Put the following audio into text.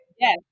Yes